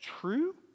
true